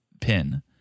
pin